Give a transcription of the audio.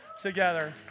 together